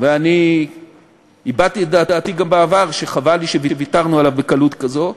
ואני הבעתי את דעתי גם בעבר שחבל לי שוויתרנו עליו בקלות כזו,